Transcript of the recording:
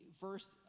First